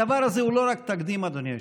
הדבר הזה הוא לא רק תקדים, אדוני היושב-ראש,